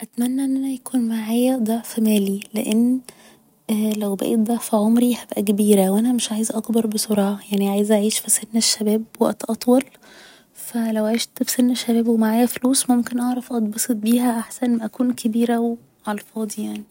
أتمنى ان أنا يكون معايا ضعف مالي لان لو بقيت ضعف عمري هبقى كبيرة وانا مش عايزة اكبر بسرعة يعني عايزة أعيش في سن الشباب وقت اطول ف لو عيشت في سن الشباب و معايا فلوس ممكن اعرف اتبسط بيها احسن ما أكون كبيرة على الفاضي يعني